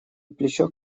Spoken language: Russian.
плечо